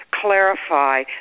clarify